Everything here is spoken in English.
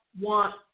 want